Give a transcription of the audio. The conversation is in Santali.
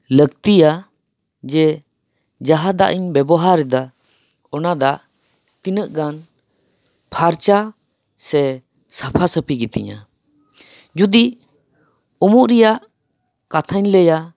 ᱞᱟᱹᱠᱛᱤᱭᱟ ᱡᱮ ᱡᱟᱦᱟᱸ ᱫᱟᱜ ᱤᱧ ᱵᱮᱵᱚᱦᱟᱨᱮᱫᱟ ᱚᱱᱟ ᱫᱟᱜ ᱛᱤᱱᱟᱹᱜ ᱜᱟᱱ ᱯᱷᱟᱨᱪᱟ ᱥᱮ ᱥᱟᱯᱷᱟ ᱥᱟᱹᱯᱷᱤ ᱜᱮᱛᱤᱧᱟᱹ ᱡᱩᱫᱤ ᱩᱢᱩᱜ ᱨᱮᱭᱟᱜ ᱠᱟᱛᱷᱟᱧ ᱞᱟᱹᱭᱟ